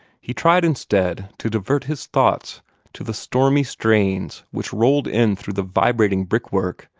he tried instead to divert his thoughts to the stormy strains which rolled in through the vibrating brickwork,